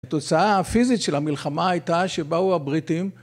התוצאה הפיזית של המלחמה הייתה שבאו הבריטים